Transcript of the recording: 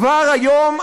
כבר היום,